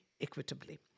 equitably